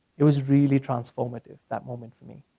it was really transformative, that moment for me.